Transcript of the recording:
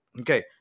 Okay